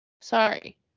Sorry